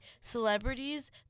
celebrities